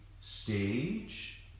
stage